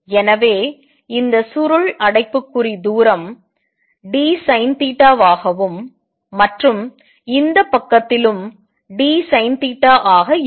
எனவே இந்த சுருள் அடைப்புக்குறி தூரம் dSin ஆகவும் மற்றும் இந்த பக்கத்திலும் dSinθ ஆக இருக்கும்